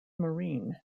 marine